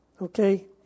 Okay